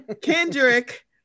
Kendrick